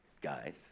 guys